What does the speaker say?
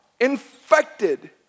infected